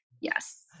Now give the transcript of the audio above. yes